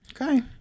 Okay